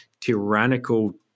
tyrannical